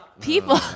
people